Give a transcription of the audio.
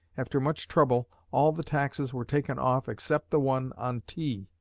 after much trouble, all the taxes were taken off except the one on tea.